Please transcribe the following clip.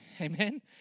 Amen